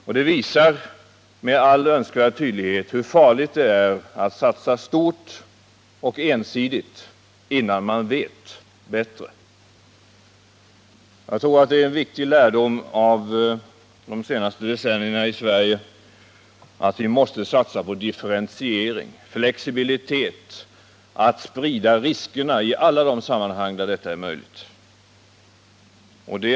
Debatten visar med all önskvärd tydlighet hur farligt det är att satsa stort och ensidigt innan man vet tillräckligt om vad det innebär. En viktig lärdom av de senaste decenniernas verksamhet på energiområdet i Sverige är att vi måste satsa på differentiering och flexibilitet, på att sprida riskerna i alla de sammanhang där det är möjligt.